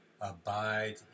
abide